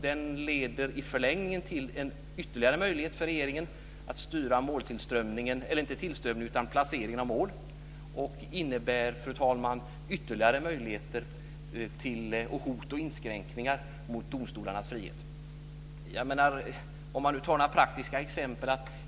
Den leder i förlängningen till en ytterligare möjlighet för regeringen att styra placeringen av mål och innebär, fru talman, ytterligare möjligheter till och hot om inskränkningar i domstolarnas frihet. Låt mig ge några praktiska exempel.